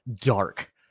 dark